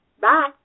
Bye